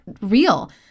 real